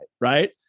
right